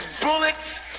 bullets